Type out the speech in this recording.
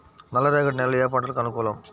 నల్లరేగడి నేలలు ఏ పంటలకు అనుకూలం?